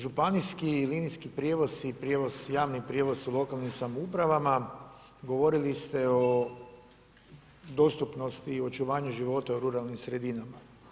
Županijski linijski prijevoz i javni prijevoz u lokalnim samoupravama govorili ste o dostupnosti i očuvanju života u ruralnim sredinama.